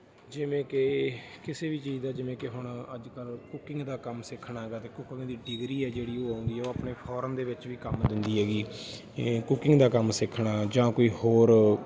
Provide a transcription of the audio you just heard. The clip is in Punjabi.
ਜਿਵੇਂ ਕਿ ਕਿਸੇ ਵੀ ਚੀਜ਼ ਦਾ ਜਿਵੇਂ ਕਿ ਹੁਣ ਅੱਜ ਕੱਲ ਕੁਕਿੰਗ ਦਾ ਕੰਮ ਸਿੱਖਣਾ ਹੈਗਾ ਤਾਂ ਕੁਕਿੰਗ ਦੀ ਡਿਗਰੀ ਹੈ ਜਿਹੜੀ ਉਹ ਆਉਂਦੀ ਹੈ ਉਹ ਆਪਣੇ ਫੋਰਨ ਦੇ ਵਿੱਚ ਵੀ ਕੰਮ ਦਿੰਦੀ ਹੈਗੀ ਕੁਕਿੰਗ ਦਾ ਕੰਮ ਸਿੱਖਣਾ ਜਾਂ ਕੋਈ ਹੋਰ